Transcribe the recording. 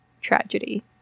tragedy